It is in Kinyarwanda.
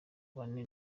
bane